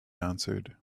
answered